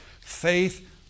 Faith